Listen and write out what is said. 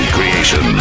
Creation